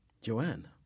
Joanne